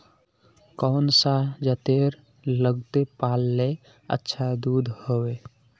कौन सा जतेर लगते पाल्ले अच्छा दूध होवे?